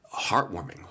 heartwarming